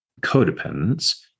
codependence